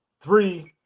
three,